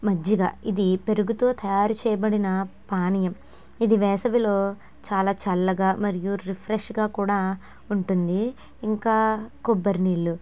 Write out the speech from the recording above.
మజ్జిగ ఇది పెరుగుతో తయారు చేయబడిన పానియం ఇది వేసవిలో చాలా చల్లగా మరియు రిఫ్రెష్గా కూడా ఉంటుంది ఇంకా కొబ్బరి నీళ్ళు